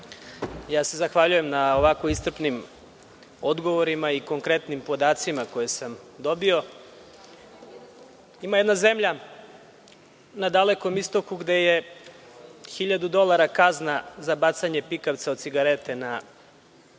Zahvaljujem se na ovako iscrpnim odgovorima i konkretnim podacima koje sam dobio. Ima jedna zemlja na Dalekom Istoku gde je 1.000 dolara kazna za bacanje pikavca od cigarete na